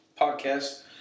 podcast